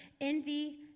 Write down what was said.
envy